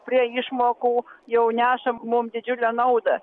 prie išmokų jau neša mum didžiulę naudą